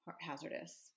hazardous